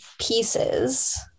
pieces